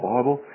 Bible